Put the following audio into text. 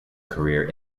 career